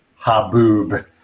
Haboob